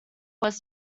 was